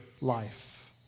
life